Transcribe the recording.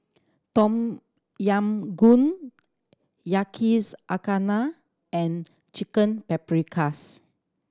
Tom Yam Goong Yakizakana and Chicken Paprikas